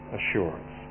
assurance